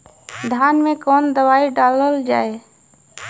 धान मे कवन दवाई डालल जाए?